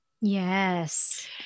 Yes